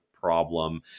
problem